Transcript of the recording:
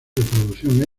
reproducción